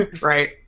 Right